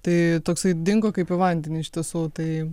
tai toksai dingo kaip į vandenį iš tiesų tai